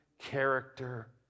character